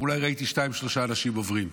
אולי ראיתי שניים, שלושה אנשים עוברים.